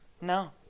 No